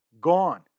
gone